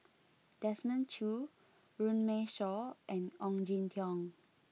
Desmond Choo Runme Shaw and Ong Jin Teong